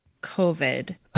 COVID